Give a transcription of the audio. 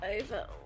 over